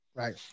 right